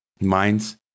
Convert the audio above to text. Minds